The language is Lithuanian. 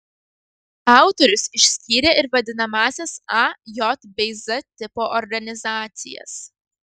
autorius išskyrė ir vadinamąsias a j bei z tipo organizacijas